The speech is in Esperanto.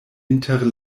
inter